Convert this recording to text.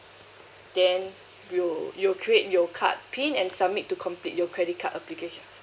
then you you create your card pin and submit to complete your credit card application